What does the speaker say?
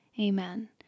Amen